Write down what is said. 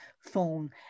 phone